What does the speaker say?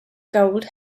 gold